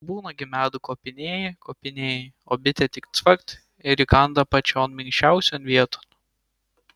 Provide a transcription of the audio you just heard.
būna gi medų kopinėji kopinėji o bitė tik cvakt ir įkanda pačion minkščiausion vieton